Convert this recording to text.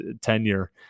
tenure